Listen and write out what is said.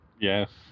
Yes